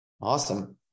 Awesome